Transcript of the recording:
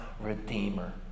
Redeemer